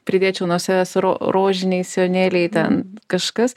pridėčiau nuo savęs rožiniai sijonėliai ten kažkas